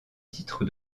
titre